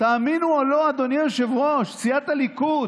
תאמינו או לא, אדוני היושב-ראש, סיעת הליכוד,